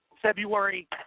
February